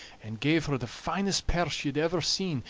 and gave her the finest pear she had ever seen,